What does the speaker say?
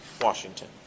Washington